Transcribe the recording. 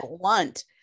blunt